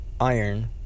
iron